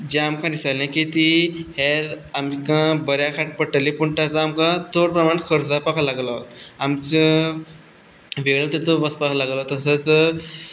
जे आमकां दिसताली की ती हेर आमकां बऱ्या पडटली पूण तेचो आमकां चड प्रमाण खर्च जावपाक लागलो आमचो वेळ तितलो वचपाक लागलो तसोच